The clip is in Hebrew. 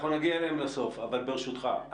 אבל ברשותך,